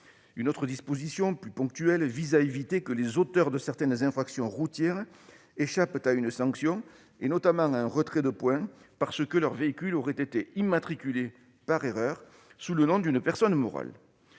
Une autre disposition, plus ponctuelle, vise à éviter que les auteurs de certaines infractions routières échappent à une sanction, notamment à un retrait de points, parce que leur véhicule aurait été immatriculé, par erreur, sous le nom d'une personne morale.